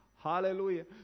Hallelujah